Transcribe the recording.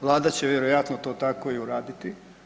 Vlada će vjerojatno to tako i uraditi.